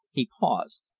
he paused.